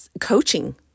coaching